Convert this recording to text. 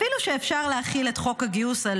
אפילו שאפשר להחיל את חוק הגיוס על